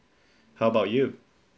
how about you